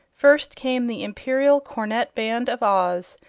first came the imperial cornet band of oz,